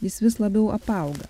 jis vis labiau apauga